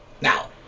Now